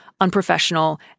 unprofessional